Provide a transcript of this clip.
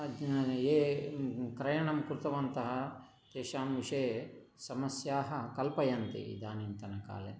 ये क्रयणं कृतवन्तः तेषां विषये समस्याः कल्पयन्ति इदानीन्तनकाले